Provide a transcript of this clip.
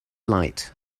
light